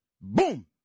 Boom